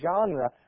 genre